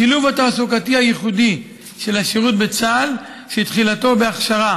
השילוב התעסוקתי הייחודי של השירות בצה"ל שתחילתו בהכשרה